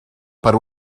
per